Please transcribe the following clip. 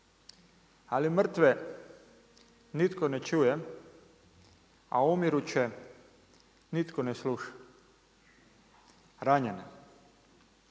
Ali mrtve nitko ne čuje a umiruće nitko ne sluša, ranjene.